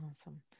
Awesome